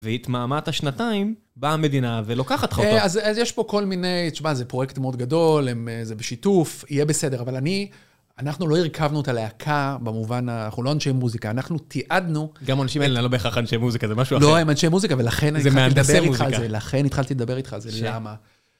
והתמהמת שנתיים, באה המדינה ולוקחת לך אותה. אז יש פה כל מיני... תשמע, זה פרויקט מאוד גדול, זה בשיתוף, יהיה בסדר. אבל אני... אנחנו לא הרכבנו את הלהקה במובן... אנחנו לא אנשי מוזיקה, אנחנו תיעדנו... גם האנשים האלה, לא בהכרח אנשי מוזיקה, זה משהו אחר. לא, הם אנשי מוזיקה, ולכן התחלתי לדבר איתך על זה. זה מהנדסי מוזיקה. לכן התחלתי לדבר איתך על זה, למה.